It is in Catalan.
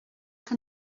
que